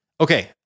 Okay